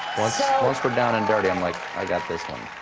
once we're done and dirty i'm, like, i've got this one,